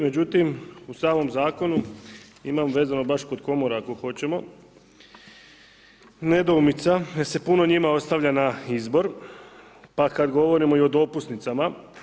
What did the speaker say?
Međutim, u samom Zakonu imam vezano baš kod komora ako hoćemo nedoumica jer se puno njima ostavlja na izbor, pa kad govorimo i o dopusnicama.